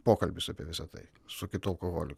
pokalbis apie visa tai su kitu alkoholiku